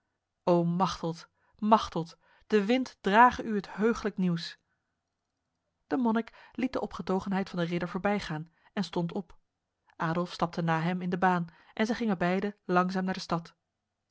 o machteld machteld de wind drage u het heuglijk nieuws de monnik liet de opgetogenheid van de ridder voorbijgaan en stond op adolf stapte na hem in de baan en zij gingen beide langzaam naar de stad